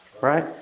Right